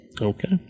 Okay